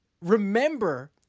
remember